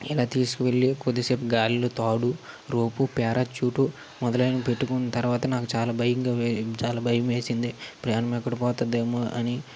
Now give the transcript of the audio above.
ఇలా తీసుకువెళ్ళి కొద్దిసేపు గాల్లో తాడు రోపు ప్యారాచూటు మొదలైనవి పెట్టుకున్న తర్వాత నాకు చాలా భయంగా చాలా భయం వేసింది ప్రాణం ఎక్కడ పోతుందేమో అని